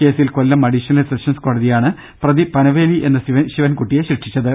കേസിൽ Kollam additional sessions കോടതിയാണ് പ്രതി പനവേലി എന്ന ശിവൻകുട്ടിയെ ശിക്ഷിച്ചത്